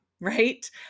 right